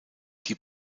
die